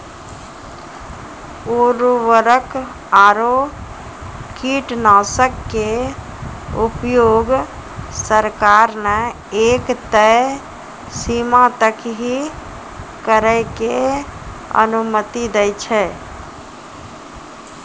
उर्वरक आरो कीटनाशक के उपयोग सरकार न एक तय सीमा तक हीं करै के अनुमति दै छै